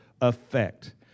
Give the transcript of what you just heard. effect